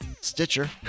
Stitcher